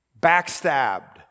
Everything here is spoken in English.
backstabbed